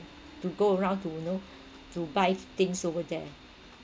to go around to you know to buy things over there